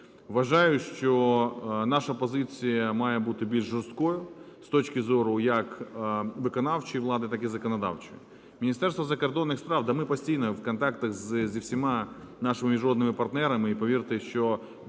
Вважаю, що наша позиція має бути більш жорсткою з точки зору як виконавчої влади, так і законодавчої. Міністерство закордонних справ – да ми постійно в контактах зі всіма нашими міжнародними партнерами і, повірте, що